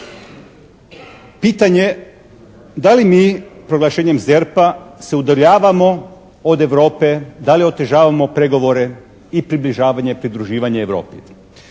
Pitanje da li mi proglašenjem ZERP-a se udaljavamo od Europe, da li otežavamo pregovore i približavanje, pridruživanje Europi?